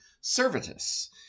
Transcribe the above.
Servetus